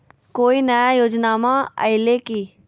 कोइ नया योजनामा आइले की?